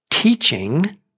Teaching